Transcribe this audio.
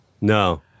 No